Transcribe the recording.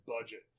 budget